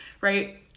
right